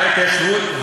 ההתיישבות,